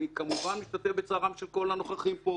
אני כמובן משתתף בצערם של כל הנוכחים פה.